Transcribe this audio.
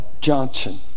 Johnson